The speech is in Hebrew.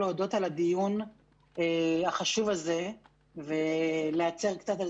להודות על הדיון החשוב הזה ולצר קצת על